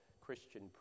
Christian